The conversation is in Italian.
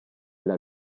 alla